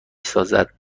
سازند